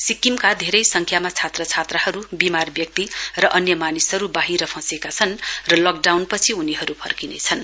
सिक्किमका धेरै संख्यामा छात्रछात्राहरू बिमार व्यक्ति र अन्य मानिसहरू फँसेका छन् र लकडाउनपछि उनीहरू फर्किनेछन्